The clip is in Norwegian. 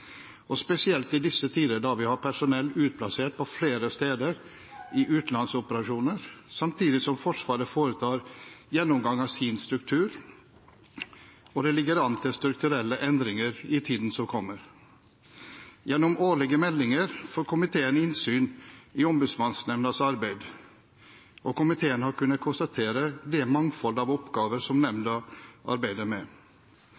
og spesielt i disse tider da vi har personell utplassert på flere steder i utenlandsoperasjoner, samtidig som Forsvaret foretar en gjennomgang av sin struktur og det ligger an til strukturelle endringer i tiden som kommer. Gjennom årlige meldinger får komiteen innsyn i Ombudsmannsnemndas arbeid, og komiteen har kunnet konstatere det mangfold av oppgaver som nemnda arbeider med.